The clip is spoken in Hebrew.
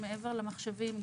שמעבר למחשבים,